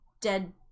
dead